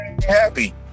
happy